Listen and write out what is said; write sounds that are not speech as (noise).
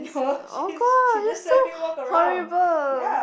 (noise) oh God you're so horrible (noise)